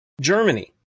germany